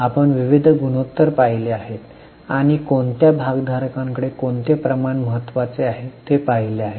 आपण विविध गुणोत्तर पाहिले आहेत आणि कोणत्या भागधारकांकडे कोणते प्रमाण महत्वाचे आहे ते पाहिले आहे